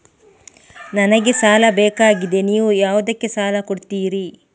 ನನಗೆ ಸಾಲ ಬೇಕಾಗಿದೆ, ನೀವು ಯಾವುದಕ್ಕೆ ಸಾಲ ಕೊಡ್ತೀರಿ?